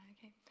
Okay